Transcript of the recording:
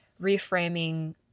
reframing